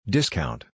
Discount